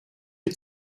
had